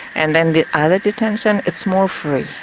and then the other detention, it's more free.